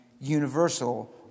universal